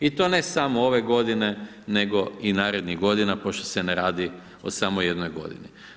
I to ne samo ove godine nego i narodnih godina, pošto se ne radi o samo jednoj godini.